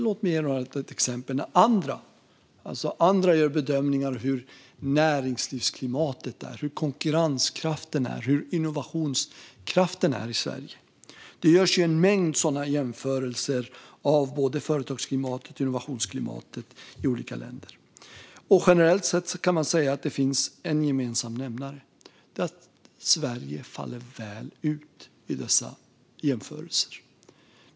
Låt mig ge några exempel på hur andra bedömer att näringslivsklimatet, konkurrenskraften och innovationskraften är i Sverige. Det görs ju en mängd sådana jämförelser av både företagsklimat och innovationsklimat i olika länder. Generellt sett finns det en gemensam nämnare, nämligen att Sverige faller väl ut i dessa jämförelser.